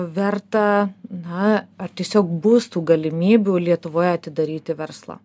verta na ar tiesiog bus tų galimybių lietuvoje atidaryti verslą